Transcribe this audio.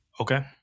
Okay